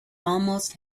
almost